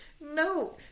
no